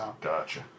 Gotcha